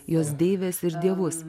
jos deives ir dievus